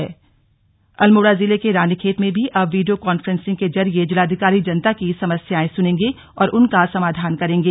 slug जिलाधिकारी VC Almora जिले के रानीखेत में भी अब वीडियो कॉन्फ्रेंसिंग के जरिए जिलाधिकारी जनता की समस्याएं सुनेंगे और उनका समाधान करेंगे